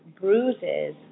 bruises